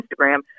Instagram